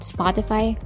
Spotify